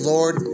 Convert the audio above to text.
Lord